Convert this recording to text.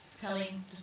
telling